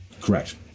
Correct